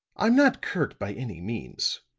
i'm not kirk by any means,